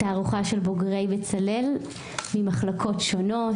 תערוכה של בוגרי בצלאל ממחלקות שונות.